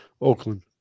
Oakland